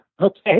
okay